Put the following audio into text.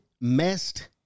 messed